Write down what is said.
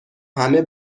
همه